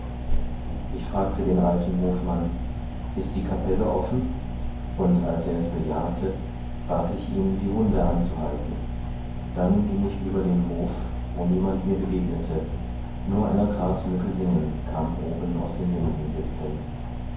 ich fragte den alten hofmann ist die kapelle offen und als er es bejahete bat ich ihn die hunde anzuhalten dann ging ich über den hof wo niemand mir begegnete nur einer grasmücke singen kam oben aus den